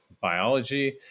biology